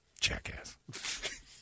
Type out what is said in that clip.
Jackass